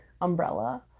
umbrella